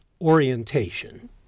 orientation